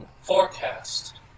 forecast